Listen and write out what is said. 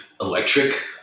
electric